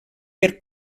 per